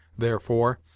therefore,